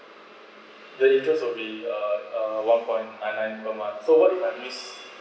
the interest will be uh uh one point nine nine per month so what if I miss